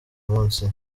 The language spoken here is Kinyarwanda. munsi